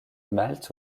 malte